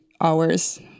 hours